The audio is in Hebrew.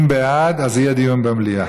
אם נגד, אז מסירים, אם בעד, יהיה דיון במליאה.